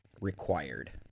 required